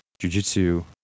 Jiu-jitsu